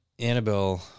Annabelle